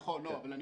נכון, אבל גם